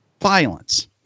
violence